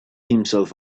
himself